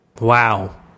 Wow